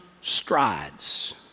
strides